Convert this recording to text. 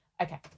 Okay